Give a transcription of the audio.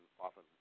often